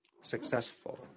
successful